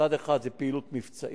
צד אחד זה פעילות מבצעית,